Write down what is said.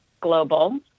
global